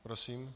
Prosím.